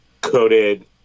coated